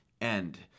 end